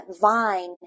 vine